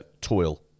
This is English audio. toil